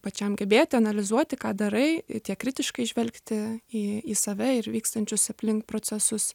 pačiam gebėti analizuoti ką darai tiek kritiškai įžvelgti į į save ir vykstančius aplink procesus